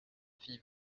fille